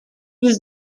was